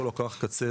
אותו לקוח קצה,